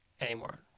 anymore